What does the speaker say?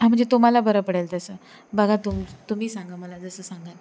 हां म्हणजे तुम्हाला बरं पडेल तसं बघा तुम् तुम्ही सांगा मला जसं सांगाल